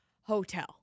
hotel